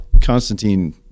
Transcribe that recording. constantine